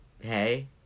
hey